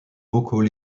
vocaux